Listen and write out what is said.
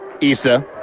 Issa